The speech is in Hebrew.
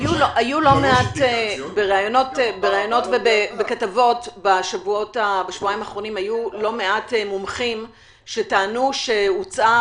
בראיונות ובכתבות בשבועיים האחרונים היו לא מעט מומחים שטענו שהוצעו